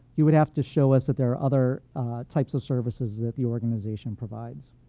you would have to show us that there are other types of services that the organization provides.